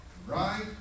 Right